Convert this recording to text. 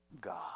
God